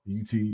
UT